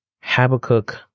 Habakkuk